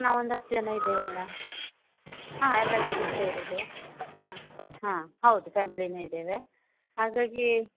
ನಾವು ಒಂದು ಹತ್ತು ಜನ ಇದ್ದೇವೆ ಮೇಡಮ್ ಹಾಂ ಎಲ್ಲ ಲೇಡಿಸೇ ಇರೋದು ಹಾಂ ಹಾಂ ಹೌದು ಫ್ಯಾಮಿಲಿಯೇ ಇದ್ದೇವೆ ಹಾಗಾಗಿ